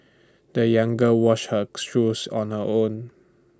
the young girl washed her shoes on her own